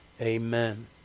Amen